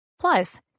Plus